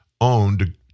owned